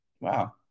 Wow